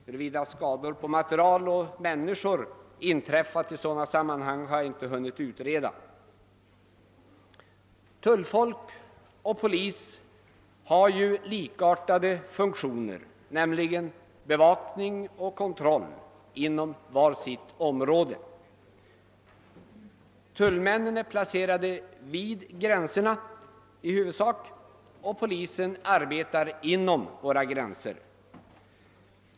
Huruvida skador på material och människor inträffat i sådana sammanhang har jag inte hunnit utreda. Tullpersonal och polis har likartade funktioner, nämligen bevakning och kontroll av var sitt område. Tullmiännen är i huvudsak placerade vid gränserna och polisen arbetar inom våra gränser.